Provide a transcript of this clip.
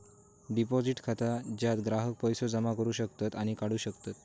deposit खाता ज्यात ग्राहक पैसो जमा करू शकतत आणि काढू शकतत